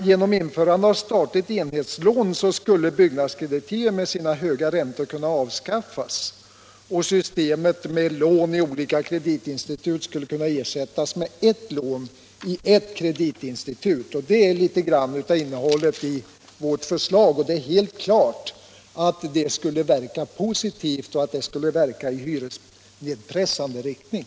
Genom införande av ett statligt enhetslån skulle byggnadskreditivet med sina höga räntor kunna avskaffas och systemet med lån i olika kreditinstitut skulle kunna ersättas med ert lån i ert kreditinstitut. Det är litet grand av innehållet i vårt förslag, och det är helt klart att det skulle verka positivt och verka i hyresnedpressande riktning.